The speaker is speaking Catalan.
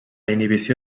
inhibició